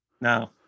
No